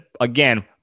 Again